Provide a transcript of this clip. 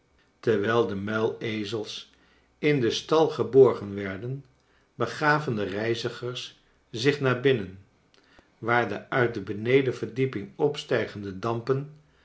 terwijl de muilezels in den stal geborgen werden begaven de reizigers zich naar binnen waar de uit de benedenverdieping opstrjgende dampen